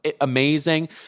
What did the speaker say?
Amazing